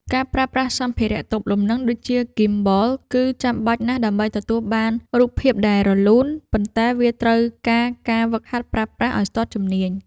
ការប្រើប្រាស់សម្ភារៈទប់លំនឹងដូចជា ហ្គីមបល គឺចាំបាច់ណាស់ដើម្បីទទួលបានរូបភាពដែលរលូន ប៉ុន្តែវាត្រូវការការហ្វឹកហាត់ប្រើប្រាស់ឱ្យស្ទាត់ជំនាញ។